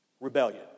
rebellion